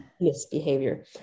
Misbehavior